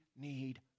need